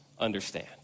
understand